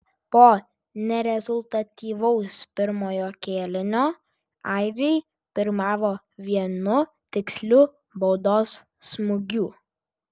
po nerezultatyvaus pirmojo kėlinio airiai pirmavo vienu tiksliu baudos smūgiu